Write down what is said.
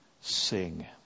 Sing